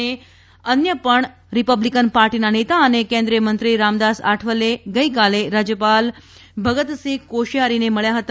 ને અન્ય પણ રીપબ્લીકન પાર્ટીના નેતા અને કેન્દ્રીથમંત્રી રામદાસ આઠવલે ગઇકાલે રાજ્યપાલ ભગતસિંહ કોશિયારીને મબ્યા હતા